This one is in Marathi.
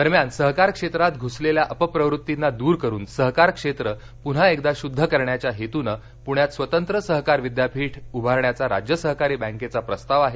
दरम्यान सहकार क्षेत्रात घुसलेल्या अपप्रवृत्तींना दूर करून सहकार क्षेत्र पुन्हा एकदा शुद्ध करण्याच्या हेतून पुण्यात स्वतंत्र सहकार विद्यापीठ उभारण्याचा राज्य सहकारी बँकेचा प्रस्ताव आहे